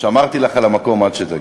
שמרתי לך על המקום עד שתגיעי.